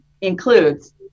includes